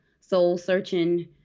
soul-searching